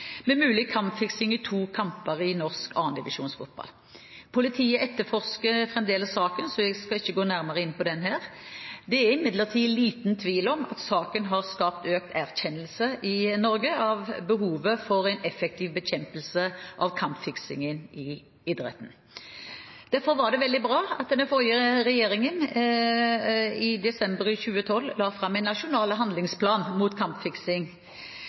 med mulig kampfiksing i to kamper i norsk 2. divisjonsfotball. Politiet etterforsker fremdeles saken, så jeg skal ikke gå nærmere inn på den her. Det er imidlertid liten tvil om at saken har skapt økt erkjennelse i Norge av behovet for en effektiv bekjempelse av kampfiksing i idretten. Derfor var det veldig bra at den forrige regjeringen i desember 2012 la fram en nasjonal handlingsplan mot kampfiksing.